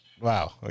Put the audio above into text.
wow